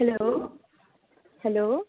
hello hello